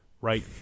Right